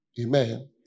Amen